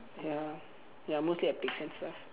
ya ya mostly at lah